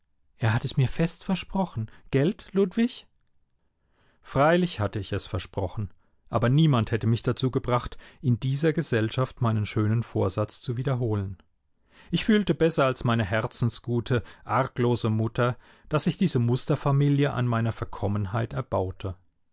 er hat es mir fest versprochen gelt ludwig freilich hatte ich es versprochen aber niemand hätte mich dazu gebracht in dieser gesellschaft meinen schönen vorsatz zu wiederholen ich fühlte besser als meine herzensgute arglose mutter daß sich diese musterfamilie an meiner verkommenheit erbaute